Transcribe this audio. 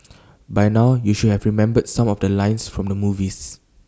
by now you should have remembered some of the lines from the movies